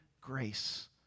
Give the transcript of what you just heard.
grace